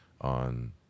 on